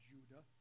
Judah